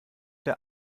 der